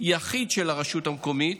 יחיד של הרשות המקומית,